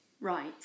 Right